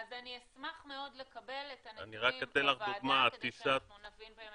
אז אני אשמח מאוד לקבל את הנתונים לוועדה כדי שאנחנו נבין.